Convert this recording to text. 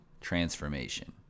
transformation